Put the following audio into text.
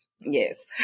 yes